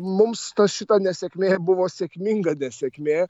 mums ta šita nesėkmė buvo sėkminga nesėkmė